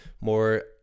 more